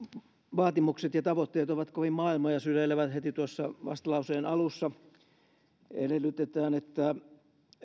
vaatimukset ja tavoitteet ovat kovin maailmoja syleileviä heti tuossa vastalauseen alussa edellytetään että